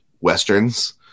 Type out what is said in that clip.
westerns